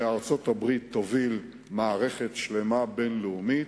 שארצות-הברית תוביל מערכת שלמה בין-לאומית,